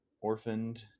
orphaned